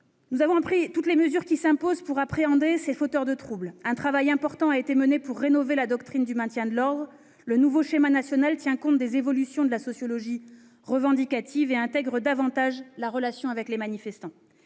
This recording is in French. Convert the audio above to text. Nous avons pris toutes les mesures qui s'imposent pour appréhender ces fauteurs de troubles. Un vaste travail a été mené pour rénover la doctrine du maintien de l'ordre. Le nouveau schéma national, qui tient compte des évolutions de la sociologie revendicative et met davantage l'accent sur la relation avec les manifestants,